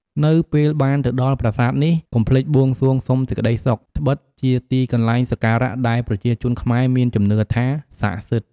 នៅពេលបានទៅដល់ប្រាសាទនេះ កុំភ្លេចបួងសួងសុំសេចក្ដីសុខ ត្បិតជាទីកន្លែងសក្ការៈ ដែលប្រជាជនខ្មែរមានជំនឿថា ស័ក្តិសិទ្ធ